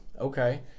okay